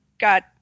got